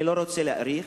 אני לא רוצה להאריך,